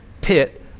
pit